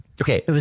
Okay